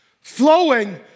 flowing